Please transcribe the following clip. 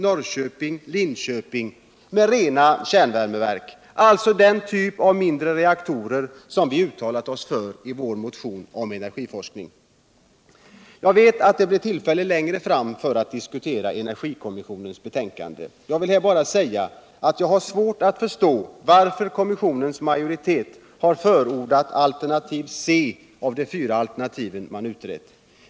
Norrköping och Linköping med rena kärnvärmeverk. alltså den typ av mindre reaktorer som vi uttalat oss för i vår motion om energiforskning. Jag vet att det blir ullfälle längre fram att diskutera energikommissionens betänkande. Jag vill här bara säga att jag har svårt alt förstå varför kommissionens majoritet har förordat alternativ C av de fyra alternativ man utrett.